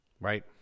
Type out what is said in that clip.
right